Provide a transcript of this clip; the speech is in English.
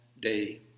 day